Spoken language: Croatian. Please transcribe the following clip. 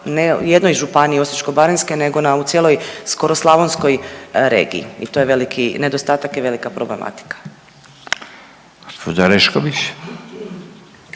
ne jednoj županiji Osječko-baranjskoj nego u cijeloj skoro slavonskoj regiji i to je veliki nedostatak i velika problematika.